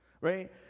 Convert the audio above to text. right